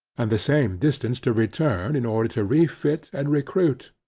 and the same distance to return in order to refit and recruit.